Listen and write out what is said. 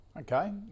Okay